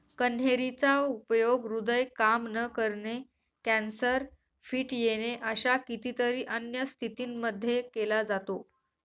कन्हेरी चा उपयोग हृदय काम न करणे, कॅन्सर, फिट येणे अशा कितीतरी अन्य स्थितींमध्ये केला जातो